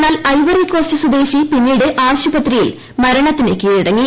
എന്നാൽ Ivory Coast സ്വദേശി പിന്നീട് ആശുപത്രിയിൽ മരണത്തിന് കീഴടങ്ങി